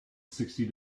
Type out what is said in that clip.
sixty